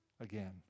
again